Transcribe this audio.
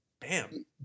Bam